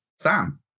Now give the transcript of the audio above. Sam